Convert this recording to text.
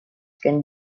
can